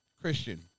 Christian